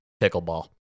pickleball